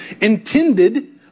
Intended